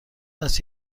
است